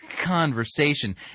Conversation